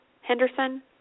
Henderson